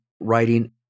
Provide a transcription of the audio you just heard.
writing